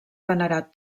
venerat